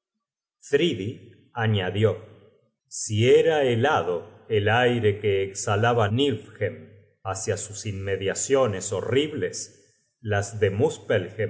añadió si el aire helado que exhalaba niflhem hacia sus inmediaciones horribles las de